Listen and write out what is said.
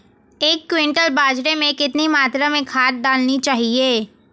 एक क्विंटल बाजरे में कितनी मात्रा में खाद डालनी चाहिए?